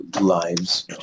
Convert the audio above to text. lives